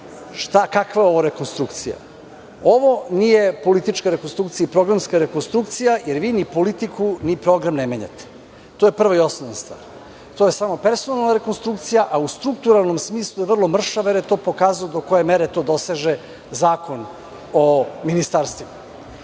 kakva je ovo rekonstrukcija? Ovo nije politička rekonstrukcija i programska rekonstrukcija, jer vi ni politiku ni program ne menjate. To je prva i osnovna stvar. To je samo personalna rekonstrukcija, a u strukturalnom smislu, vrlo mršava, jer je to pokazano do koje mere do doseže Zakon o ministarstvima. Dakle,